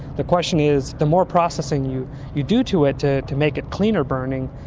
the question is the more processing you you do to it to to make it cleaner-burning,